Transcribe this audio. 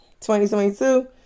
2022